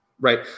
right